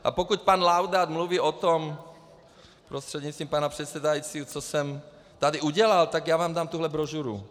A pokud pan Laudát mluví o tom, prostřednictvím pana předsedajícího, co jsem tady udělal, tak já vám dám tuto brožuru.